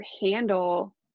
handle